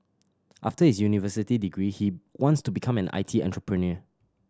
after his university degree he wants to become an I T entrepreneur